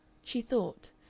she thought,